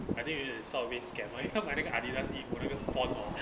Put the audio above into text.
I think we 被 some of it scam 买 买哪个 adidas 衣服那个 font hor